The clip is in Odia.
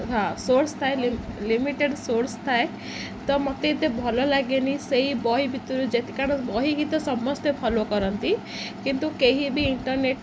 ହାଁ ସୋର୍ସ ଥାଏ ଲିମିଟେଡ଼୍ ସୋର୍ସ ଥାଏ ତ ମୋତେ ଏତେ ଭଲ ଲାଗେନି ସେଇ ବହି ଭିତରୁ କାରଣ ବହି ଗୀତ ସମସ୍ତେ ଫଲୋ କରନ୍ତି କିନ୍ତୁ କେହି ବି ଇଣ୍ଟରନେଟ୍